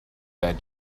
that